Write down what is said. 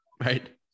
Right